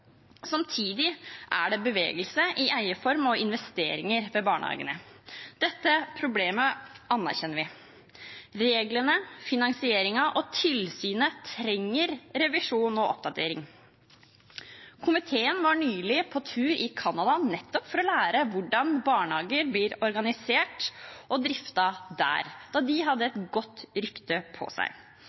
Samtidig er det bevegelse i eieform og investeringer i barnehagene. Dette problemet anerkjenner vi. Reglene, finansieringen og tilsynet trenger revisjon og oppdatering. Komiteen var nylig på tur i Canada nettopp for å lære hvordan barnehager blir organisert og driftet der, da de hadde et godt rykte på seg.